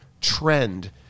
trend